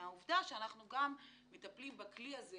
לעובדה שאנחנו גם מטפלים בכלי הזה